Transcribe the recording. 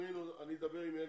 לגבי "נתיב"